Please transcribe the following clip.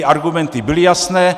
Argumenty byly jasné.